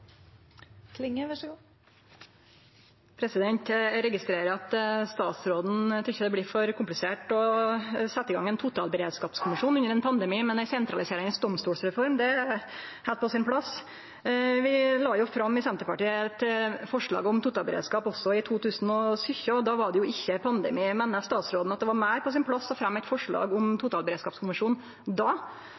Eg registrerer at statsråden tykkjer det blir for komplisert å setje i gang ein totalberedskapskommisjon under ein pandemi, men ei sentraliserande domstolsreform er heilt på sin plass. Vi i Senterpartiet la fram eit forslag om totalberedskap òg i 2017, og da var det ikkje pandemi. Meiner statsråden at det var meir på sin plass å fremje eit forslag om ein totalberedskapskommisjon